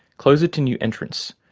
close it to new entrants,